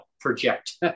project